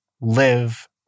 live